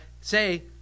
say